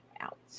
out